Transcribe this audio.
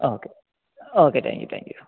ആ okay okay thank you thank you